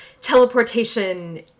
teleportation